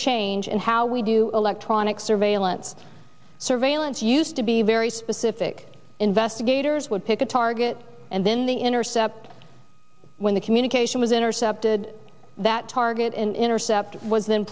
change in how we do electronic surveillance surveillance used to be very specific investigators would pick a target and then the intercept when the communication was intercepted that target and intercept was